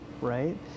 right